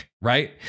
right